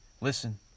listen